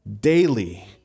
daily